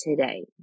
today